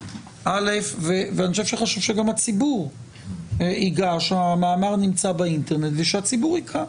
ואני חושב שחשוב שגם הציבור ידע שהמאמר נמצא באינטרנט ושהציבור יקרא.